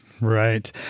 Right